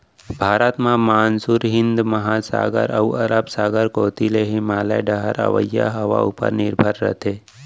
भारत म मानसून हिंद महासागर अउ अरब सागर कोती ले हिमालय डहर अवइया हवा उपर निरभर रथे